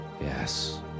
Yes